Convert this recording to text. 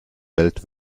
welt